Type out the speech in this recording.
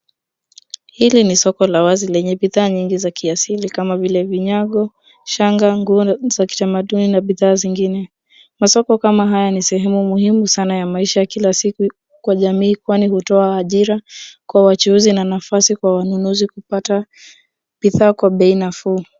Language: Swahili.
Hili ni soko la wazi lenye bidhaa nyingi za kiasili kama vile: vinyago, shanga, nguo za kitamaduni, na bidhaa zingine. Masoko kama haya ni sehemu muhimu sana ya maisha ya kila siku kwa jamii, kwani hutoa ajira kwa wachuuzi, na nafasi kwa wanunuzi kupata bidhaa kwa bei nafuu.